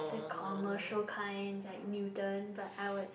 the commercial kinds like Newton but I would